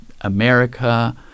America